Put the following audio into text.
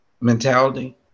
mentality